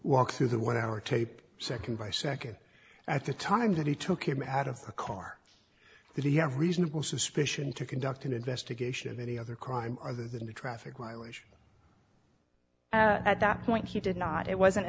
walk through the one hour tape nd by nd at the time that he took him out of the car did he have reasonable suspicion to conduct an investigation of any other crime other than the traffic why wish at that point he did not it wasn't